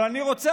אבל אני רוצה,